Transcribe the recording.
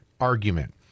argument